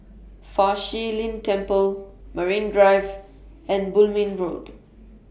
Fa Shi Lin Temple Marine Drive and Bulim Road